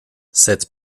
cette